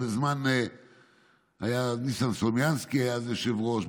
היה אז ניסן סלומינסקי היושב-ראש,